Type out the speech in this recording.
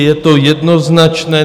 Je to jednoznačné.